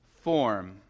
form